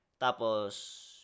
Tapos